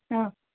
ஆ